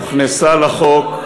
הוכנסה לחוק,